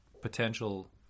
potential